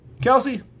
Kelsey